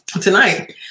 Tonight